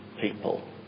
people